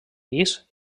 pis